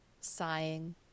sighing